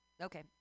Okay